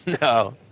No